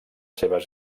seves